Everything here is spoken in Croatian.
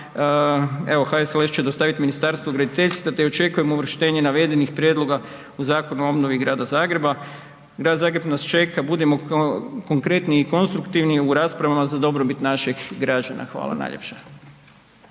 Evo HSLS će dostaviti Ministarstvu graditeljstva te očekujemo uvrštenje navedenih prijedloga u Zakonu o obnovi Grada Zagreba. Grad Zagreb nas čeka, budimo konkretni i konstruktivni u raspravama za dobrobit naših građana. Hvala najljepša.